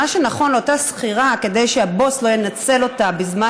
מה שנכון לאותה שכירה כדי שהבוס לא ינצל אותה בזמן